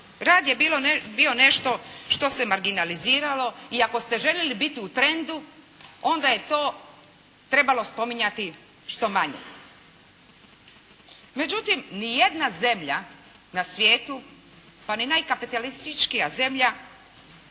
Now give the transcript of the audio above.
Rad je bio nešto što se marginaliziralo i ako ste željeli biti u trendu onda je to trebalo spominjati što manje. Međutim, ni jedna zemlja na svijetu, pa ni najkapitalističkija zemlja